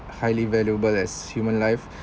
highly valuable as human life